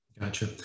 Gotcha